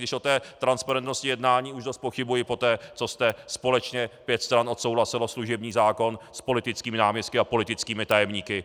I když o té transparentnosti jednání už dost pochybuji poté, co jste společně, pět stran, odsouhlasili služební zákon s politickými náměstky a politickými tajemníky.